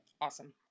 Awesome